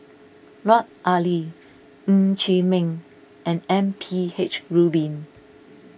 Lut Ali Ng Chee Meng and M P H Rubin